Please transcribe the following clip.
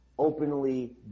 openly